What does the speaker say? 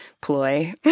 ploy